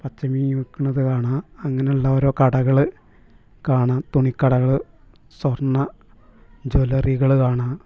പച്ചമീൻ വിൽക്കുന്നത് കാണാം അങ്ങനെയുള്ള ഓരോ കടകൾ കാണാം തുണിക്കടകൾ സ്വർണ്ണ ജ്വല്ലറികൾ കാണാം